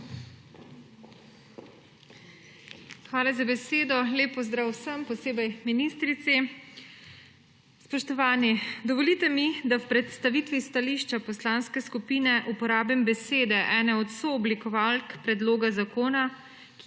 Hvala za besedo. Lep pozdrav vsem, posebej ministrici! Spoštovani, dovolite mi, da v predstavitvi stališča poslanske skupine uporabim besede ene od sooblikovalk predloga zakona,